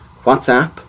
WhatsApp